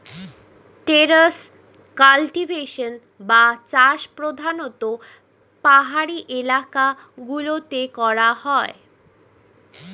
terrace cultivation বা চাষ প্রধানতঃ পাহাড়ি এলাকা গুলোতে করা হয়